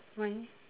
why